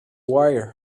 wire